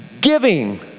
giving